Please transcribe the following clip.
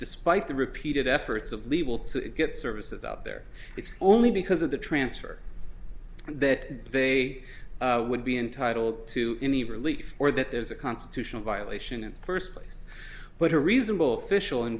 despite the repeated efforts of legal to get services out there it's only because of the transfer that they would be entitled to any relief or that there's a constitutional violation in first place but a reasonable fishel in